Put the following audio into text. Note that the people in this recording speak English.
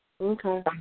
Okay